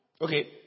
Okay